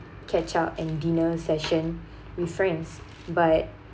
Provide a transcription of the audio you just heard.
catch up and dinner session with friends but